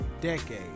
decade